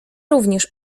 również